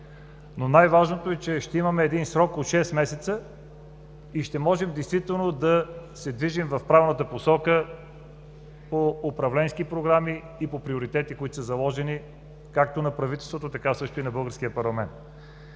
но най-важното е, че ще имаме срок от шест месеца и ще можем действително да се движим в правилната посока по управленски програми и по приоритети, които са заложени – както на правителството, така също и на българския парламент.